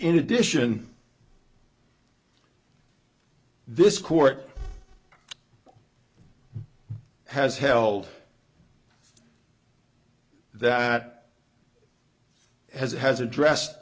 in addition this court has held that has it has address